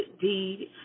deed